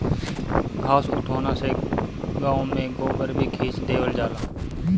घास उठौना से गाँव में गोबर भी खींच देवल जाला